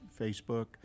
Facebook